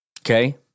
Okay